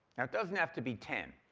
now it doesn't have to be ten.